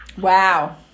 Wow